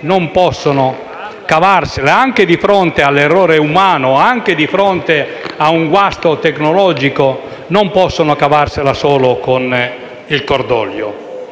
non possono cavarsela, anche di fronte all'errore umano o a un guasto tecnologico, solo con il cordoglio